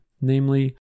namely